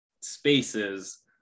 spaces